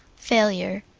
failure.